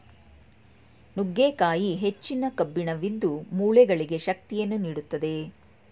ನುಗ್ಗೆಕಾಯಿ ಹೆಚ್ಚಿನ ಕಬ್ಬಿಣವಿದ್ದು, ಮೂಳೆಗಳಿಗೆ ಶಕ್ತಿಯನ್ನು ನೀಡುತ್ತದೆ